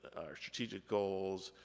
our strategic goals,